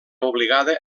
obligada